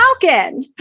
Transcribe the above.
Falcon